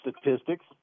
statistics